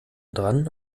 dran